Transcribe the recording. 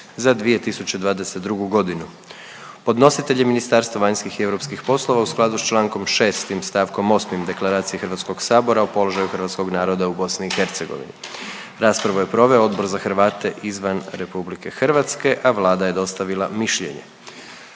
za 2022. godinu Podnositelj je Ministarstvo vanjskih i europskih poslova u skladu s čl. 6. st. 8. Deklaracije HS-a o položaju hrvatskog naroda u BiH. Raspravu je proveo Odbor za Hrvate izvan RH, a Vlada je dostavila mišljenje.